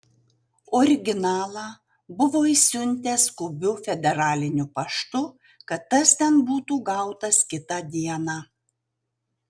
originalą buvo išsiuntęs skubiu federaliniu paštu kad tas ten būtų gautas kitą dieną